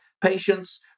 patients